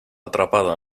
atrapado